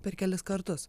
per kelis kartus